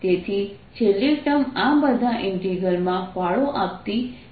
તેથી છેલ્લી ટર્મ આ બધા ઇન્ટિગ્રલ માં ફાળો આપતી નથી